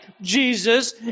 Jesus